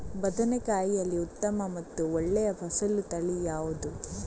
ಬದನೆಕಾಯಿಯಲ್ಲಿ ಉತ್ತಮ ಮತ್ತು ಒಳ್ಳೆಯ ಫಸಲು ತಳಿ ಯಾವ್ದು?